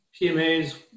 PMAs